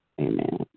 Amen